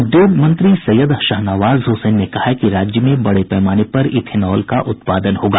उद्योग मंत्री सैयद शाहनवाज हुसैन ने कहा है कि राज्य में बड़े पैमाने पर इथेनॉल का उत्पादन होगा